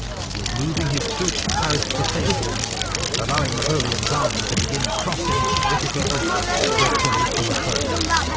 and was moving his troops south to face it allowing napoleon's army to begin crossing its rickety bridges virtually unopposed.